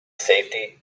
safety